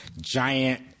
giant